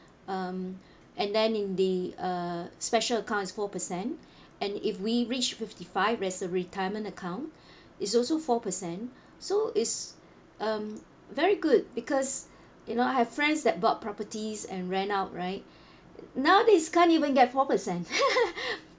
um and then in the uh special account is four percent and if we reach fifty-five there's a retirement account is also four percent so is um very good because you know I have friends that bought properties and rent out right nowadays can't even get four percent